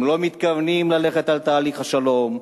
הם לא מתכוונים ללכת על תהליך השלום.